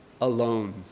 alone